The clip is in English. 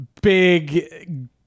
big